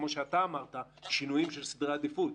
כמו שאמרת, שינויים של סדרי עדיפות.